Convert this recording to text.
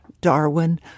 Darwin